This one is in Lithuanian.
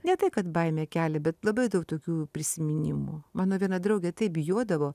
ne tai kad baimę kelia bet labai daug tokių prisiminimų mano viena draugė taip bijodavo